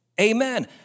amen